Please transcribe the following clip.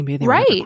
Right